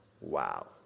Wow